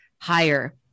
higher